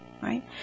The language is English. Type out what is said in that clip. right